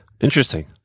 Interesting